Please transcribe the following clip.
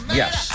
yes